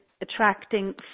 attracting